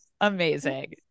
Amazing